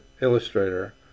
illustrator